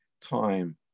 time